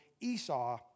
Esau